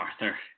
Arthur